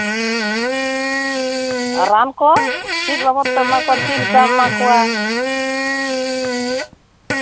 ᱟᱨ ᱨᱟᱱ ᱠᱚ ᱪᱮᱫ ᱵᱟᱵᱚᱫ ᱛᱮᱢ ᱮᱢᱟ ᱠᱚᱣᱟ ᱪᱮᱫ ᱞᱮᱠᱟᱢ ᱮᱢᱟ ᱠᱚᱣᱟ